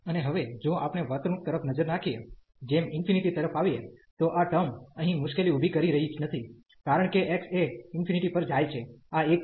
અને હવે જો આપણે વર્તણૂક તરફ નજર નાખીએ જેમ ∞ તરફ આવીએ તો આ ટર્મ અહીં મુશ્કેલી ઉભી કરી રહી નથી કારણ કે x એ ∞ પર જાય છે આ 1 છે